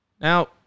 Now